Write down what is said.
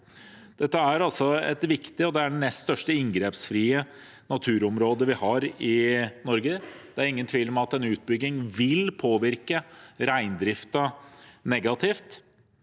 Dette er altså det nest største inngrepsfrie naturområdet vi har i Norge. Det er ingen tvil om at en utbygging vil påvirke reindriften negativt.